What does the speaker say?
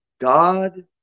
God